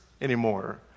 anymore